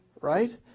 right